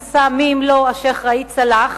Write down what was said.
נשא מי אם לא השיח' ראאד סלאח,